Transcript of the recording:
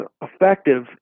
effective